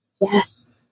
Yes